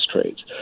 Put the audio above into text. trades